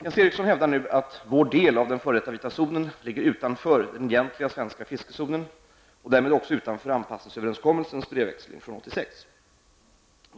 Jens Eriksson hävdar nu att vår del av den f.d. vita zonen ligger utanför den egentliga svenska fiskezonen och därmed också utanför anpassningsöverenskommelsens brevväxling från 1986.